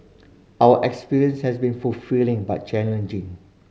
our experience has been fulfilling but challenging